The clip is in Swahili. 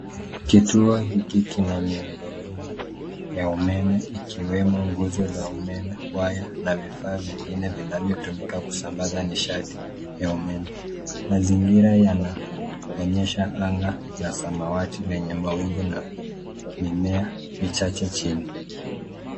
Kituo hiki kina miundo mbinu ya umeme ikiwemo nguzo za umeme, waya na vifaa vingine vinavyotumika kusambaza nishati ya umeme. Mazingira yanaonyesha anga ya samawati lenye mawingu na mimea michache chini.